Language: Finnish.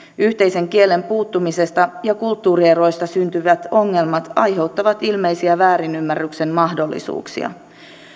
yhteisen kielen puuttumisesta ja kulttuurieroista syntyvät ongelmat aiheuttavat ilmeisiä väärinymmärryksen mahdollisuuksia